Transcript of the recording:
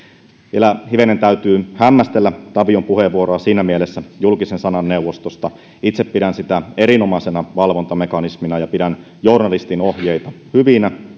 vielä hivenen täytyy hämmästellä tavion puheenvuoroa julkisen sanan neuvostosta siinä mielessä että itse pidän sitä erinomaisena valvontamekanismina ja pidän journalistin ohjeita hyvinä